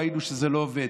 ראינו שזה לא עובד,